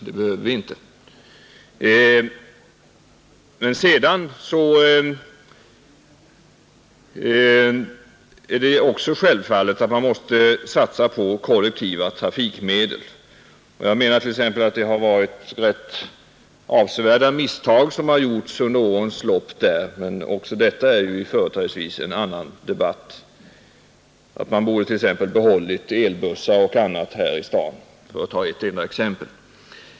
Det är också självklart att man måste satsa på kollektiva trafikmedel. Jag menar att ganska avsevärda misstag har begåtts under årens lopp. Man borde t.ex. ha behållit elbussar här i Stockholm, för att ta ett enda exempel.